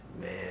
man